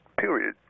period